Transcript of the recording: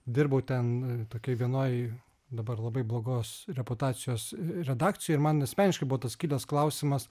dirbau ten tokioj vienoj dabar labai blogos reputacijos redakcijoj ir man asmeniškai buvo tas kitas klausimas